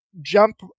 jump